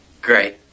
Great